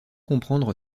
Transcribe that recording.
comprendre